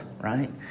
right